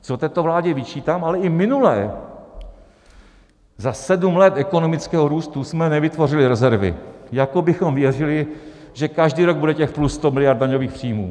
Co této vládě vyčítám, ale i minulé, za sedm let ekonomického růstu jsme nevytvořili rezervy, jako bychom věřili, že každý rok bude těch 100 mld. daňových příjmů.